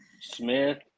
Smith